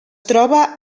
troba